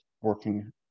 working